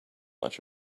much